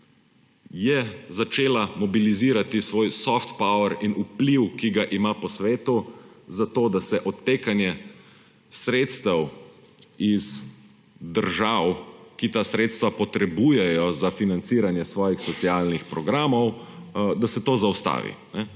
je začela mobilizirati svoj soft power in vpliv, ki ga imajo po svetu, zato da se odtekanje sredstev iz držav, ki ta sredstva potrebujejo za financiranje svojih socialnih programov, zaustavi.